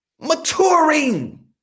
maturing